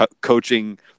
coaching